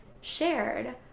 shared